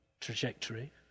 trajectory